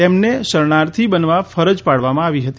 તેમને શરણાર્થી બનવા ફરજ પાડવામાં આવી હતી